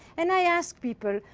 and i asked people,